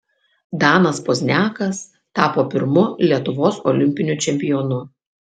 danas pozniakas tapo pirmu lietuvos olimpiniu čempionu